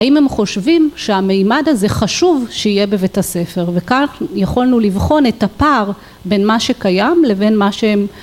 האם הם חושבים שהמימד הזה חשוב שיהיה בבית הספר וכך יכולנו לבחון את הפער בין מה שקיים לבין מה שהם